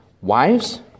Wives